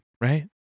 right